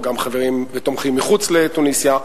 גם תומכים מחוץ לתוניסיה,